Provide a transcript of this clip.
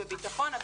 בביטחון,